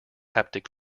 haptic